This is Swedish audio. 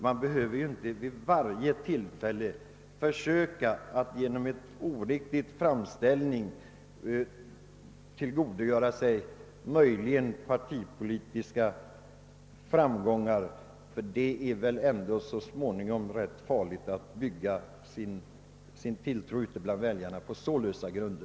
Man behöver inte vid varje tillfälle genom en oriktig framställning försöka tillgodogöra sig partipolitiska fördelar. Det är väl ändå i längden farligt att bygga förtroendet hos väljarna på så lösa grunder.